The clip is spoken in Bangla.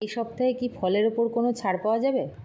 এই সপ্তাহে কি ফলের উপর কোনও ছাড় পাওয়া যাবে